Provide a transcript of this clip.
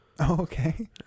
okay